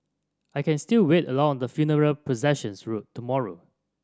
I can still wait along the funeral processions route tomorrow